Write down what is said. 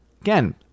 Again